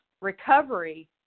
Recovery